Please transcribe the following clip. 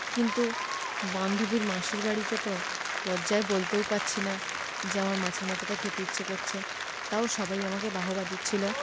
কিন্তু বান্ধবীর মাসির বাড়িতে তো লজ্জায় বলতেও পারছি না যে আমার মাছের মাথাটা খেতে ইচ্ছে করছে তাও সবাই আমাকে বাহবা দিচ্ছিল